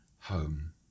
home